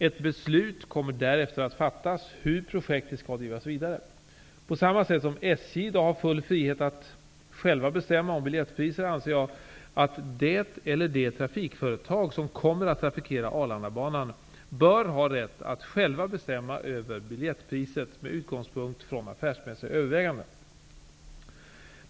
Ett beslut kommer därefter att fattas hur projektet skall drivas vidare. På samma sätt som SJ i dag har full frihet att själva bestämma om biljettpriser, anser jag att det eller de trafikföretag som kommer att trafikera Arlandabanan bör ha rätt att själva bestämma över biljettpriset med utgångspunkt i affärsmässiga överväganden.